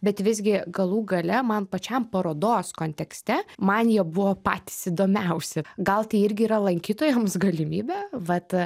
bet visgi galų gale man pačiam parodos kontekste man jie buvo patys įdomiausi gal tai irgi yra lankytojams galimybė vat